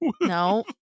No